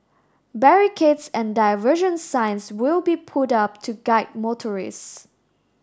barricades and diversion signs will be put up to guide motorist